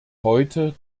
heute